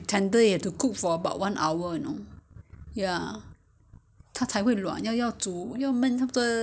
yo~ you still need to put in other like you know tau pok or whatever right put inside cook together